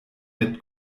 mit